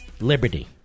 liberty